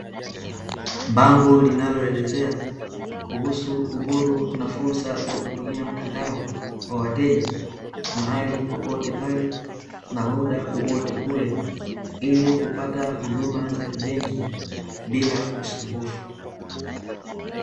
Bango linaloelezea, kuhusu uhuru na fursa ya kutumia mtandao kwa wateja, mahali popote pale na muda wowote ule, ili kupata huduma za kibenki, bila usumbufu.